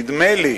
נדמה לי